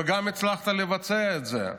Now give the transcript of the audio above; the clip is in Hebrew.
וגם הצלחת לבצע את זה.